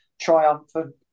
triumphant